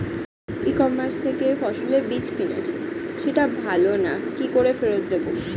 ই commerce থেকে ফসলের বীজ কিনেছি সেটা ভালো না কি করে ফেরত দেব?